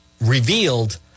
revealed